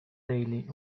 daily